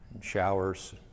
showers